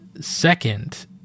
second